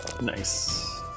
nice